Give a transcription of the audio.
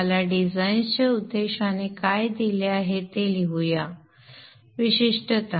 तुम्हाला डिझाईनच्या उद्देशाने काय दिले आहे ते लिहूया विशिष्टता